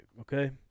okay